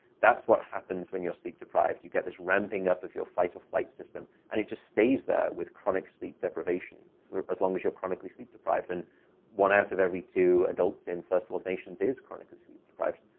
that's what happens when you're sleep-deprived. you get this ramping up of your fight-or-flight system, and it just stays there with chronic sleep deprivation for as long as you're chronically sleep-deprived. and one out of every two adults in first world nations is chronically sleep-deprived.